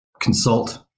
consult